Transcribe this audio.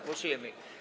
Głosujemy.